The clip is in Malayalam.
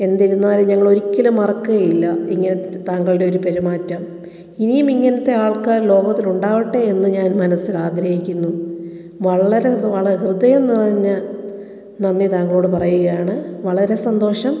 എന്നിരുന്നാലും ഞങ്ങൾ ഒരിക്കലും മറക്കുകയില്ല ഇങ്ങനെ താങ്കളുടെ ഒരു പെരുമാറ്റം ഇനിയും ഇങ്ങനത്തെ ആൾക്കാർ ലോകത്തിൽ ഉണ്ടാകട്ടെ എന്ന് ഞാൻ മനസ്സിൽ ആഗ്രഹിക്കുന്നു വളരെ വള ഹൃദയം നിറഞ്ഞ നന്ദി താങ്കളോട് പറയുകയാണ് വളരെ സന്തോഷം